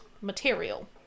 material